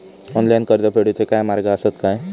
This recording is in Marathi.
ऑनलाईन कर्ज फेडूचे काय मार्ग आसत काय?